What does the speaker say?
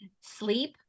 sleep